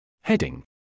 Heading